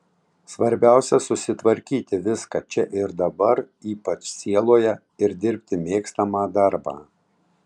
svarbiausia susitvarkyti viską čia ir dabar ypač sieloje ir dirbti mėgstamą darbą